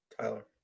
Tyler